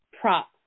prop